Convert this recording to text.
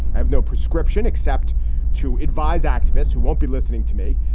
i have no prescription except to advise activists who won't be listening to me,